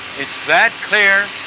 it's that clear,